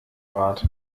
rad